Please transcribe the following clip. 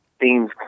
themes